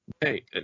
Hey